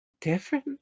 Different